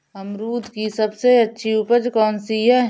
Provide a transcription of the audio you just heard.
अमरूद की सबसे अच्छी उपज कौन सी है?